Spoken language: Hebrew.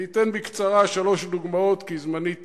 אני אתן בקצרה שלוש דוגמאות, כי זמני תם.